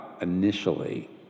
initially